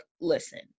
listen